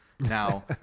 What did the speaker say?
now